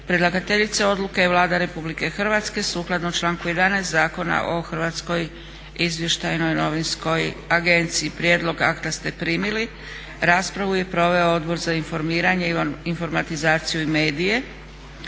Predlagateljica odluke je Vlada Republike Hrvatske sukladno članku 11. Zakona o Hrvatskoj izvještajnoj novinskoj agenciji. Prijedlog akta ste primili. Raspravu je proveo Odbor za informiranje, informatizaciju i medije,